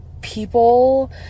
people